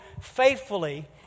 faithfully